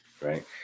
right